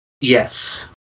Yes